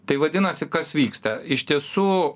tai vadinasi kas vyksta iš tiesų